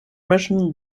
mission